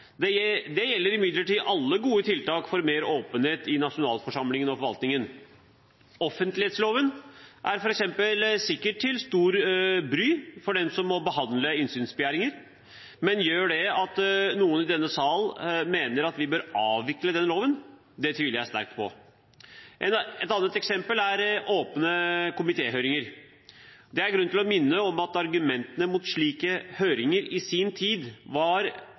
Det gjelder imidlertid alle gode tiltak for mer åpenhet i nasjonalforsamlingen og forvaltningen. Offentlighetsloven er f.eks. sikkert til stort bry for dem som må behandle innsynsbegjæringer. Men gjør det at noen i denne salen mener at vi bør avvikle den loven? Det tviler jeg sterkt på. Et annet eksempel er åpne komitéhøringer. Det er grunn til å minne om at argumentene mot slike høringer i sin tid var